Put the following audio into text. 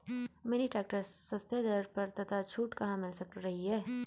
Mini tractor सस्ते दर पर तथा छूट कहाँ मिल रही है?